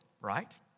right